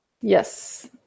Yes